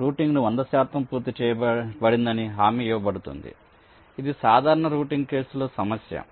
రౌటింగ్ను వంద శాతం పూర్తి చేయబడిందని హామీ ఇవ్వబడుతుంది ఇది సాధారణ రౌటింగ్ కేసులో సమస్య